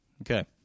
Okay